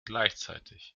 gleichzeitig